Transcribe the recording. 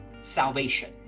salvation